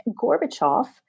Gorbachev